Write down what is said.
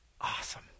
awesome